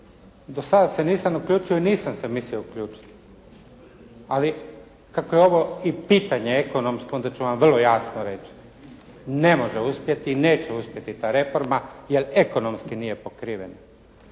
Do sada se nisam uključio. Nisam se mislio uključiti, ali kako je ovo i pitanje ekonomsko onda ću vam vrlo jasno reći. Ne može uspjeti i neće uspjeti ta reforma, jer ekonomski nije pokrivena.